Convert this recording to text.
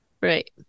Right